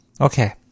Okay